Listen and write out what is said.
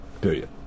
Period